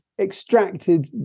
extracted